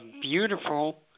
beautiful